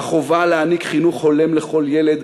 החובה להעניק חינוך הולם לכל ילד,